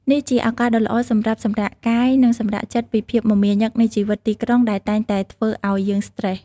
នេះជាឱកាសដ៏ល្អសម្រាប់សម្រាកកាយនិងសម្រាកចិត្តពីភាពមមាញឹកនៃជីវិតទីក្រុងដែលតែងតែធ្វើឲ្យយើងស្ត្រេស។